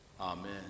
amen